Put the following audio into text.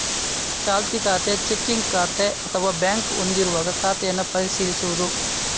ಚಾಲ್ತಿ ಖಾತೆ, ಚೆಕ್ಕಿಂಗ್ ಖಾತೆ ಅಥವಾ ಬ್ಯಾಂಕ್ ಹೊಂದಿರುವಾಗ ಖಾತೆಯನ್ನು ಪರಿಶೀಲಿಸುವುದು